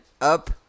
up